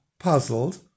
Puzzled